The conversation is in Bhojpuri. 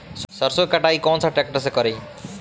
सरसों के कटाई कौन सा ट्रैक्टर से करी?